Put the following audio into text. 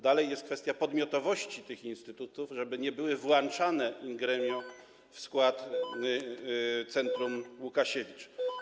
Dalej, jest kwestia podmiotowości tych instytutów, tak żeby nie były włączane in gremio w skład Centrum Łukasiewicz.